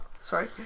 sorry